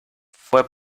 fue